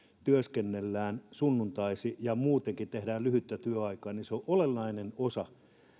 työskennellään sunnuntaisin ja muutenkin tehdään lyhyttä työaikaa se on olennainen osa